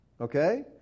Okay